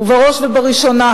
ובראש ובראשונה,